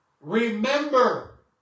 remember